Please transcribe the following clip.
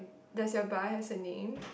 does your bar has a name